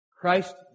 Christ